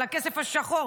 על הכסף השחור,